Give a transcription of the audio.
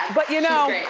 but you know.